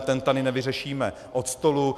Ten tady nevyřešíme od stolu.